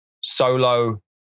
solo